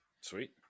Sweet